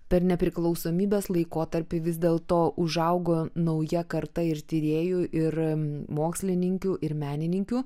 per nepriklausomybės laikotarpį vis dėl to užaugo nauja karta ir tyrėjų ir mokslininkių ir menininkių